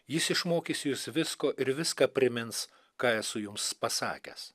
jis išmokys jus visko ir viską primins ką esu jums pasakęs